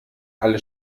alle